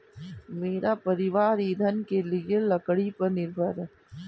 मेरा परिवार ईंधन के लिए लकड़ी पर निर्भर है